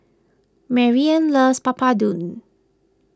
Marian loves Papadum